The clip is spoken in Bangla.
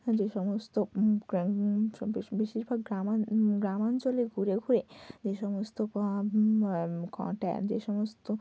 যে সমস্ত সব বেশ বেশিরভাগ গ্রামাঞ্চলে ঘুরে ঘুরে যে সমস্ত ঘটে যে সমস্ত